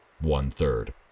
one-third